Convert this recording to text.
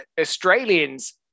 Australians